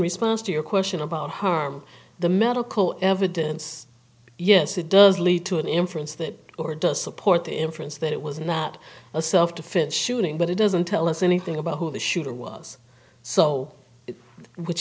response to your question about harm the medical evidence yes it does lead to an inference that or does support the inference that it was in that self defense shooting but it doesn't tell us anything about who the shooter was so which